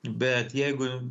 bet jeigu